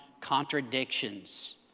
contradictions